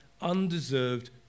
undeserved